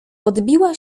odbiła